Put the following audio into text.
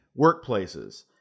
workplaces